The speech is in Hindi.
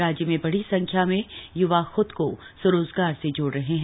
राज्य में बड़ी संख्या में य्वा खूद को स्वरोजगार से जोड़ रहे हैं